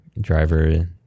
driver